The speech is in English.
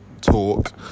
talk